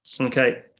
okay